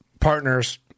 partners